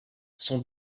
son